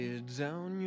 down